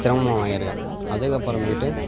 சிரமம் ஆகிருக்கேன் அதுக்கப்புறமேட்டு